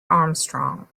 armstrong